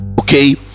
okay